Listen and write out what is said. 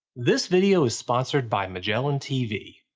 this video is sponsored by magellantv.